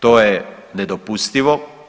To je nedopustivo.